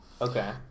Okay